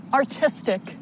artistic